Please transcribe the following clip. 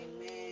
Amen